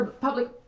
public